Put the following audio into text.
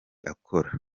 akora